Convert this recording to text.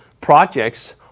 projects